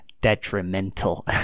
Detrimental